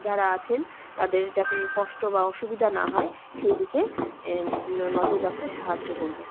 যারা আছেন তাদের যাতে কষ্ট বা অসুবিধা না হয় সেই দিকে নজর রাখতে সাহায্য করবে